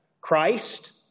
Christ